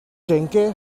denke